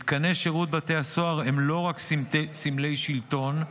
מתקני שירות בתי הסוהר הם לא רק סמלי שלטון,